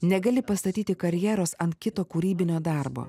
negali pastatyti karjeros ant kito kūrybinio darbo